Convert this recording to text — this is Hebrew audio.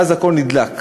ואז הכול נדלק.